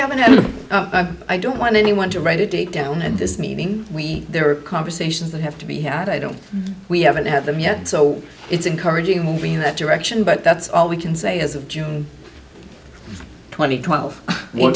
haven't and i don't want anyone to write it down and this meeting we there are conversations that have to be had i don't we haven't had them yet so it's encouraging moving in that direction but that's all we can say as of june twenty twelve w